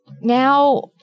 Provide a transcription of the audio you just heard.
now